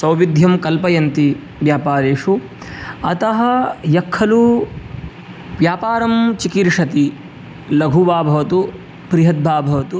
सौविध्यं कल्पयन्ति व्यापारेषु अतः यः खलु व्यापारं चिकीर्षति लघु वा भवतु बृहद् वा भवतु